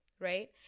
right